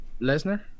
Lesnar